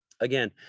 again